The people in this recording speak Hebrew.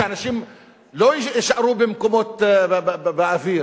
שאנשים לא יישארו במקומות באוויר.